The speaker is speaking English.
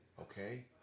Okay